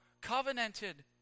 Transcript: covenanted